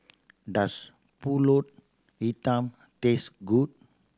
does Pulut Hitam taste good